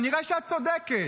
כנראה שאת צודקת.